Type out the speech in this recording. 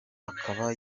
akaba